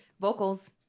Vocals